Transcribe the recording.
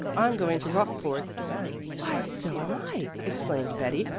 i'm going to rockport why, so am i! exclaimed betty.